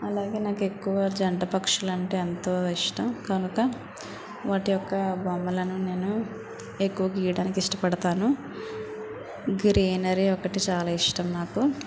అలాగే నాకు ఎక్కువ జంట పక్షులు అంటే ఎంతో ఇష్టం కనుక వాటి యొక్క బొమ్మలను నేను ఎక్కువ గీయడానికి ఇష్టపడతాను గ్రీనరీ ఒకటి చాలా ఇష్టం నాకు